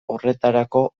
horretarako